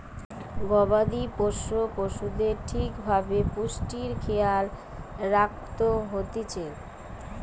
গবাদি পোষ্য পশুদের ঠিক ভাবে পুষ্টির খেয়াল রাখত হতিছে